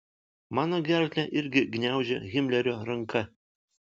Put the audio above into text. mano gerklę irgi gniaužia himlerio ranka